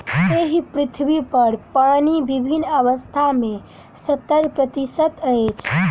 एहि पृथ्वीपर पानि विभिन्न अवस्था मे सत्तर प्रतिशत अछि